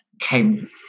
came